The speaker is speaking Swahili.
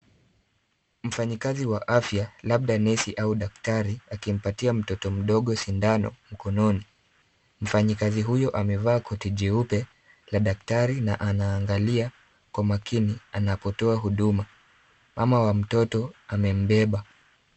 Mfanyikazi wa afya labda nesi au daktari, akimpatia mtoto mdogo sindano mkononi. Mfanyikazi huyu amevaa koti jeupe la daktari na anaangalia kwa makini anapotoa huduma. Mama wa mtoto amembeba.